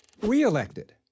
re-elected